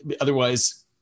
Otherwise